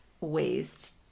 ways